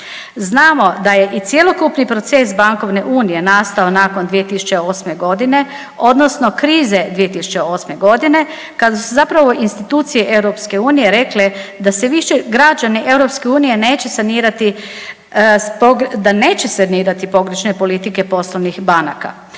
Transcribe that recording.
Znamo da je i cjelokupni proces bankovne unije nastao nakon 2008. godine odnosno krize 2008. godine kada su zapravo institucije EU rekle da se više građani EU neće sanirati s tog, da neće sanirati pogrešne politike poslovnih banaka.